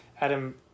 Adam